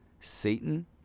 Satan